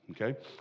okay